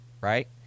right